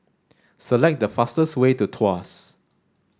select the fastest way to Tuas